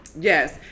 yes